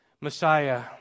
Messiah